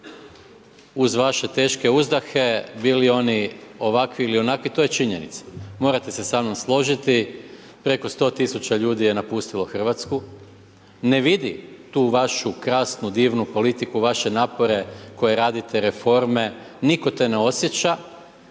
Uz vaše teške uzdahe bili oni ovakvi ili onakvi, to je činjenica, morate se samnom složiti preko 100 tisuća ljudi je napustilo Hrvatsku. Ne vidi tu vašu krasnu, divnu politiku, vaše napore koje radite reforme, nitko te ne osjeća